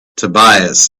tobias